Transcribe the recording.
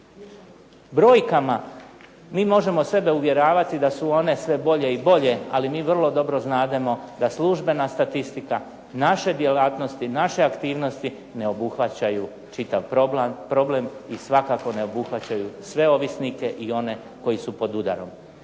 brojkama. Mi možemo sebe uvjeravati da su one sve bolje i bolje, ali mi vrlo dobro znademo da službena statistika naše djelatnosti, naše aktivnosti ne obuhvaćaju čitav problem i svakako ne obuhvaćaju sve ovisnike i one koji su pod udarom.